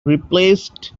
replaced